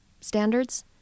standards